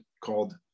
called